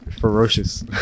Ferocious